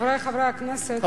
חברי חברי הכנסת,